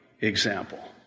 example